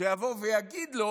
שיבוא ויגיד לו,